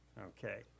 Okay